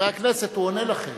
חברי הכנסת, הוא עונה לכם.